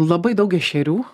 labai daug ešerių